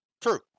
True